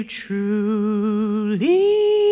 truly